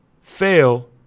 fail